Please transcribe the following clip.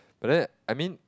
but then I mean